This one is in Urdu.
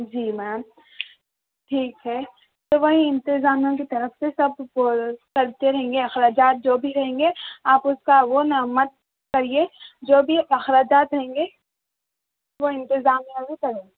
جی میم ٹھیک ہے تو وہیں انتظامیہ کی طرف سے سب کرتے رہیں گے اخراجات جو بھی رہیں گے آپ اس کا وہ نا مت کریے جو بھی اخراجات رہیں گے وہ انتظامیہ پر ہے